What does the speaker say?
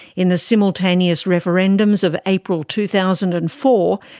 in the simultaneous referendums of april two thousand and four,